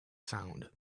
sound